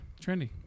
trendy